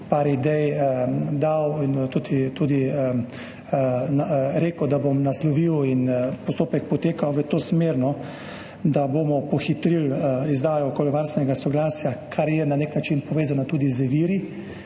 idej in tudi rekel, da bom naslovil. Postopek poteka v to smer, da bomo pohitrili izdajo okoljevarstvenega soglasja, kar je na nek način povezano tudi z viri.